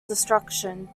destruction